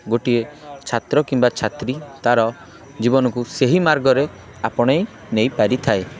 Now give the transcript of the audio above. ଗୋଟିଏ ଛାତ୍ର କିମ୍ବା ଛାତ୍ରୀ ତା'ର ଜୀବନକୁ ସେହି ମାର୍ଗରେ ଆପଣାଇ ନେଇ ପାରିଥାଏ